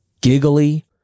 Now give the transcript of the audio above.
giggly